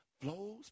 flows